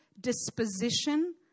disposition